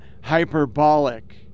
hyperbolic